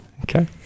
Okay